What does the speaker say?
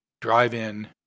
Drive-In